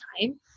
time